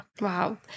Wow